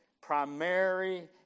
primary